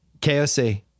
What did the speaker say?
KOC